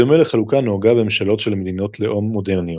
בדומה לחלוקה הנהוגה בממשלות של מדינות לאום מודרניות.